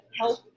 help